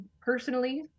personally